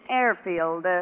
airfield